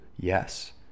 Yes